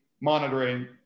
monitoring